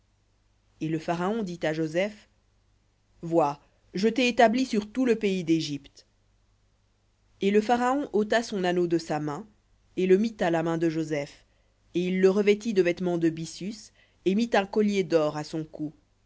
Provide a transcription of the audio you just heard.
et le pharaon dit à joseph vois je t'ai établi sur tout le pays dégypte et le pharaon ôta son anneau de sa main et le mit à la main de joseph et il le revêtit de vêtements de byssus et mit un collier d'or à son cou